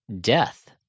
Death